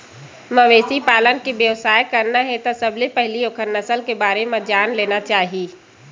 मवेशी पालन के बेवसाय करना हे त सबले पहिली ओखर नसल के बारे म जान लेना चाही